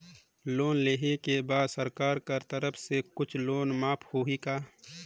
Loan लेहे के बाद सरकार कर तरफ से कुछ शुल्क माफ होही का?